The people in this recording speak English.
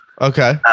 Okay